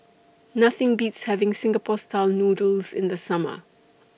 Nothing Beats having Singapore Style Noodles in The Summer